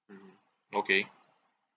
mmhmm okay